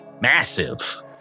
massive